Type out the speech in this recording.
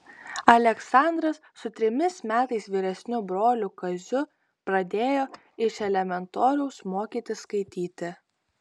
aleksandras su trimis metais vyresniu broliu kaziu pradėjo iš elementoriaus mokytis skaityti